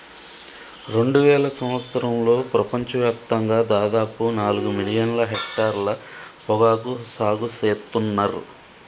రెండువేల సంవత్సరంలో ప్రపంచ వ్యాప్తంగా దాదాపు నాలుగు మిలియన్ల హెక్టర్ల పొగాకు సాగు సేత్తున్నర్